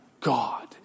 God